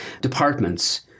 departments